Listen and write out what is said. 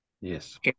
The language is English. Yes